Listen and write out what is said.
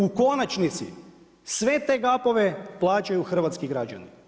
U konačnici sve te gapove plaćaju hrvatski građani.